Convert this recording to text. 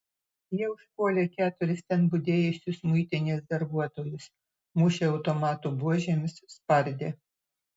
jie užpuolė keturis ten budėjusius muitinės darbuotojus mušė automatų buožėmis spardė